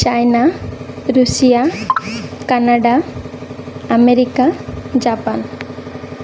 China Russia Canada America Japan